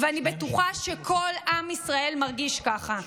ואני בטוחה שכל עם ישראל מרגיש ככה.